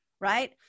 right